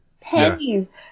Pennies